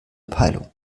peilung